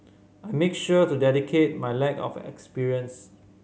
I make sure to dedicate my lack of experience